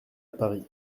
paris